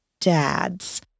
dads